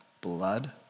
blood